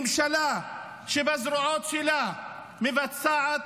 ממשלה שבזרועות שלה מבצעת